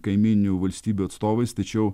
kaimyninių valstybių atstovais tačiau